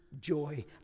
joy